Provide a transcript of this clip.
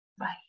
Right